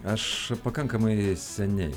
aš pakankamai seniai